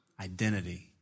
identity